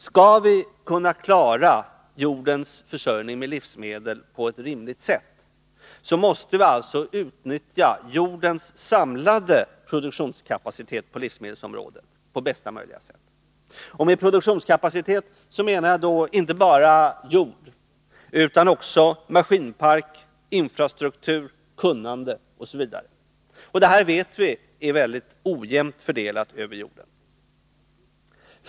Skall vi kunna klara jordens försörjning med livsmedel, måste vi på bästa sätt utnyttja jordens samlade produktionskapacitet på livsmedelsområdet. Med produktionskapacitet menar jag då inte bara jord utan också maskinpark, infrastruktur, kunnande osv. Detta vet vi är mycket ojämnt fördelat över jorden.